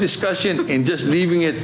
discussion in just leaving it